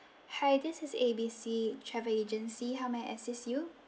hi this is A B C travel agency how may I assist you